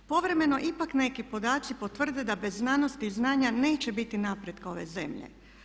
Povremeno ipak neki podaci potvrde da bez znanosti i obrazovanja neće biti napretka ove zemlje.